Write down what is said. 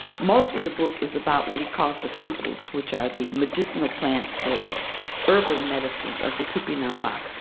most of the book is about what he calls the simples, which are the medicinal plants, the herbal medicines of the tupinamba.